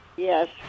Yes